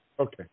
Okay